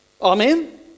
Amen